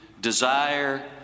desire